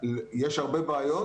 יש הרבה בעיות,